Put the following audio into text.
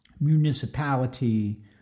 municipality